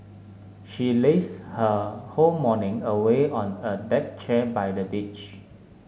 she lazed her whole morning away on a deck chair by the beach